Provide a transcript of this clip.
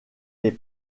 les